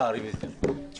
אנחנו